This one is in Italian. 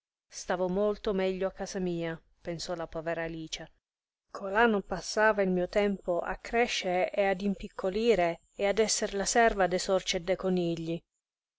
stava molto meglio a casa mia pensò la povera alice colà non passava il mio tempo a crescere ed a impiccolire e ad esser la serva de sorci e de conigli